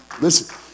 Listen